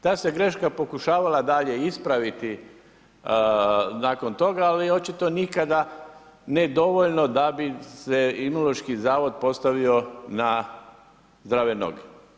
Ta se greška pokušavala dalje ispraviti nakon toga, ali očito nikada nakon toga, da bi se Imunološki zavod postavio na zdrave noge.